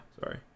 Sorry